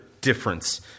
difference